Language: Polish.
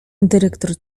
dyrektor